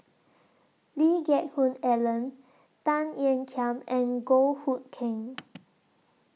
Lee Geck Hoon Ellen Tan Ean Kiam and Goh Hood Keng